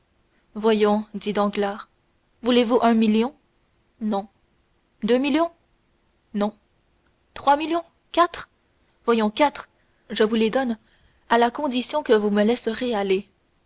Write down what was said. voyons dit danglars voulez-vous un million non deux millions non trois millions quatre voyons quatre je vous les donne à la condition que vous me laisserez aller